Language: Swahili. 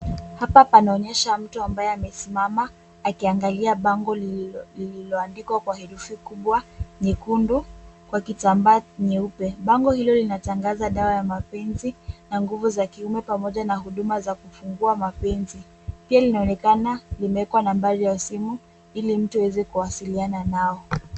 Hapa panaonyesha mtu ambaye amesimama akiangalia bango lililoandikwa kwa herufi kubwa nyekundu kwa kitambaa nyeupe. Bango hilo linatangaza dawa ya mapenzi na nguvu za kiume pamoja na huduma za kufungua mapenzi. Pia linaonekana limekwa nambari ya simu ili mtu aweze kuwasiliana nao.